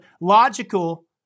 logical